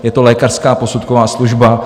Je to lékařská posudková služba.